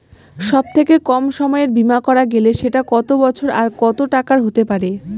সব থেকে কম সময়ের বীমা করা গেলে সেটা কত বছর আর কত টাকার হতে পারে?